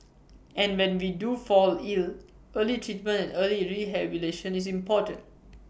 and when we do fall ill early treatment early rehabilitation is important